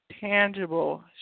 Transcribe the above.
tangible